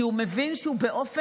כי הוא מבין שהוא בזדון,